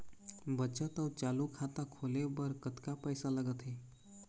बचत अऊ चालू खाता खोले बर कतका पैसा लगथे?